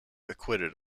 acquitted